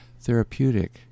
therapeutic